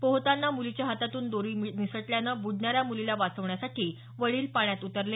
पोहताना मुलीच्या हातातून दोरी निसटल्यानं बुडणाऱ्या मुलीला वाचण्यासाठी वडील पाण्यात उतरले